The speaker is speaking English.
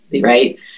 right